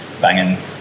banging